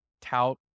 tout